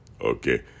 okay